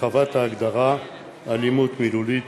(הרחבת ההגדרה "אלימות מילולית"),